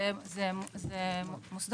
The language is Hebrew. זה מוסד